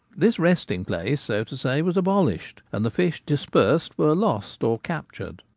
this resting-place, so to say, was abolished, and the fish dispersed were lost or captured.